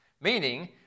meaning